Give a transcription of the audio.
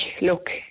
look